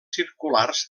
circulars